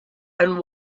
and